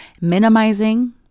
minimizing